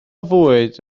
fwyd